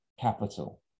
capital